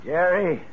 Jerry